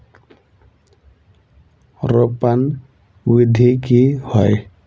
रोपण विधि की होय?